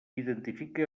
identifica